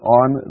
on